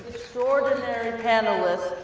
extraordinary panelists,